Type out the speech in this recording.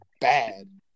bad